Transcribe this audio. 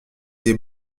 des